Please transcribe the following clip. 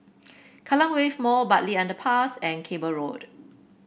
Kallang Wave Mall Bartley Underpass and Cable Road